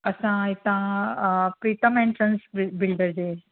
असां हितां Pritam and sons builder J